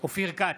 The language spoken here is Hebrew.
אופיר כץ,